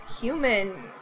human